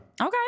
okay